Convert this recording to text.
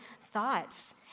thoughts